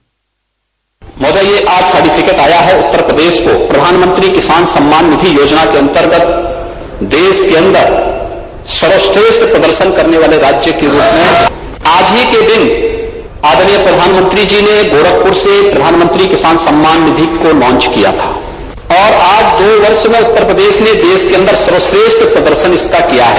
bite महोदय आज certificate आया है कि उत्तर प्रदेश को प्रधानमंत्री किसान सम्मान निधि योजना के अन्तर्गत देश के अन्दर सर्वश्रेष्ठ प्रदर्शन करने वाले राज्य के रूप में आज के ही दिन आदरणीय प्रधानमंत्री जी ने गोरखपुर से प्रधानमंत्री किसान सम्मान निधि लांच किया था और अगले दो वर्ष में उत्तर प्रदेश ने देश के अन्दर सर्वश्रेष्ठ प्रदशर्नन इसका किया है